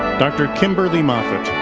dr. kimberly moffitt,